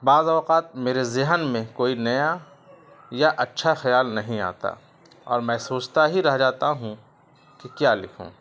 بعض اوقات میرے ذہن میں کوئی نیا یا اچھا خیال نہیں آتا اور میں سوچتا ہی رہ جاتا ہوں کہ کیا لکھوں